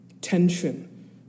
tension